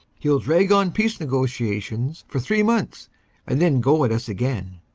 he ll drag on peace negotiations for three months and then go at us again.